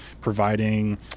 providing